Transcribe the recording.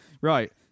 Right